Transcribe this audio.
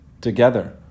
together